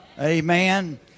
Amen